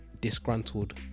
disgruntled